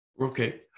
Okay